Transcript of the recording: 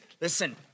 Listen